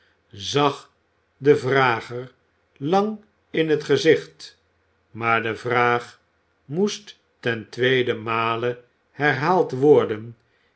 zag den vrager lang in het gezicht maar de vraag moest ten tweeden male herhaald worden